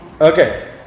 Okay